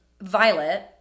Violet